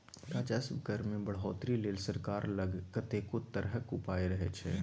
राजस्व कर मे बढ़ौतरी लेल सरकार लग कतेको तरहक उपाय रहय छै